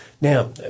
Now